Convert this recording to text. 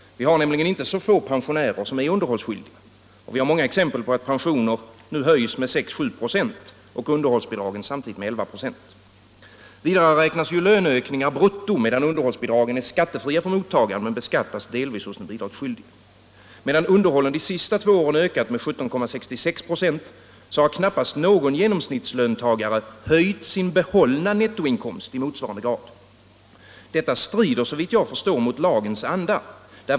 Vi har inte så få pensionärer som är underhållsskyldiga, och vi har många exempel på att pensioner nu höjs med 6-7 26 och underhållsbidragen samtidigt med 11 96. Vidare räknas löneökningar brutto, medan underhållsbidragen är skattefria för mottagaren men delvis beskattas hos den bidragsskyldige. Medan underhållen de senaste två åren ökat med 17,66 96 har knappast någon genomsnittslöntagare höjt sin behållna nettoinkomst i motsvarande grad. Detta strider, såvitt jag förstår, mot lagens anda.